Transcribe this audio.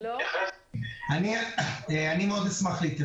אני אורי סירקיס מישראייר, אני אשמח להתייחס.